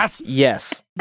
Yes